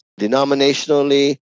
denominationally